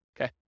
Okay